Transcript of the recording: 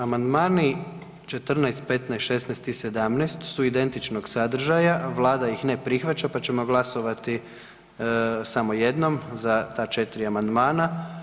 Amandmani 14., 15., 16. i 17. su identičnog sadržaja, Vlada ih ne prihvaća pa ćemo glasovati samo jednom za ta 4 amandmana.